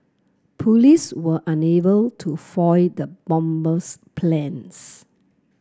police were unable to foil the bomber's plans